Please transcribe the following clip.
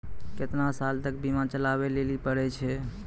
केतना साल तक बीमा चलाबै लेली पड़ै छै?